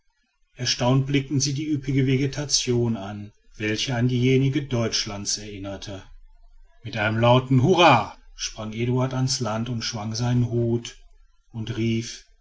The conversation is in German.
erstaunt blickten sie die üppige vegetation an welche an diejenige deutschlands erinnerte mit einem lauten hurrah sprang eduard an's land schwang seinen hut und rief